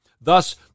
thus